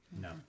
No